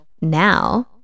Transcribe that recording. now